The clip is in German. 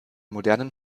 modernen